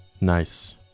Nice